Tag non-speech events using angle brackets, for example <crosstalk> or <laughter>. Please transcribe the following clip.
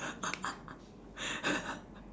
<laughs>